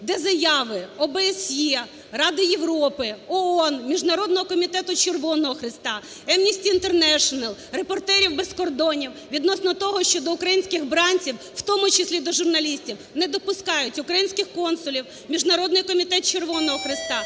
де заяви ОБСЄ, Ради Європи, ООН, Міжнародного комітету Червоного Хреста, Amnesty International, "Репортерів без кордонів" відносно того, що до українських бранців, в тому числі і журналістів, не допускають українських консулів, Міжнародний комітет Червоного Хреста,